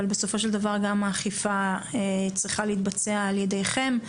אבל בסופו של דבר גם האכיפה צריכה להתבצע על ידכם.